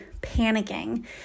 panicking